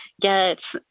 get